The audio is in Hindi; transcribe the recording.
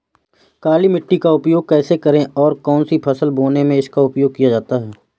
काली मिट्टी का उपयोग कैसे करें और कौन सी फसल बोने में इसका उपयोग किया जाता है?